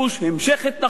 המשך התנחלויות.